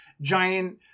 giant